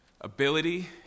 ability